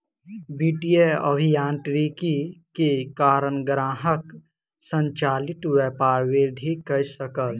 वित्तीय अभियांत्रिकी के कारण ग्राहक संचालित व्यापार वृद्धि कय सकल